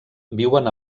viuen